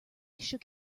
shook